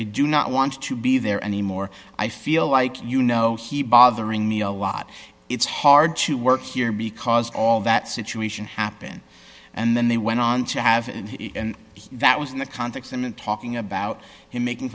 i do not want to be there anymore i feel like you know he bothering me a lot it's hard to work here because all that situation happened and then they went on to have and that was in the context and in talking about him making